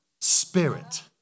spirit